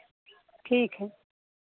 ठीक है